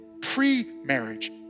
pre-marriage